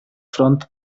front